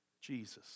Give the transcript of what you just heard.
Jesus